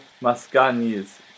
Mascagni's